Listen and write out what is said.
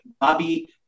Bobby